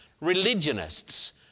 religionists